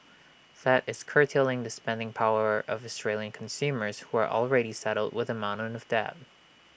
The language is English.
that is curtailing the spending power of Australian consumers who are already saddled with A mountain of debt